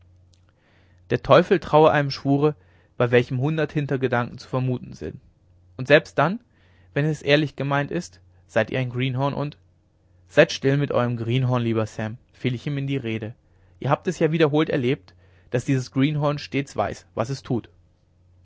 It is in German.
der teufel traue einem schwure bei welchem hundert hintergedanken zu vermuten sind und selbst dann wenn er ehrlich gemeint ist seid ihr ein greenhorn und seid still mit eurem greenhorn lieber sam fiel ich ihm in die rede ihr habt es ja wiederholt erlebt daß dieses greenhorn stets weiß was es tut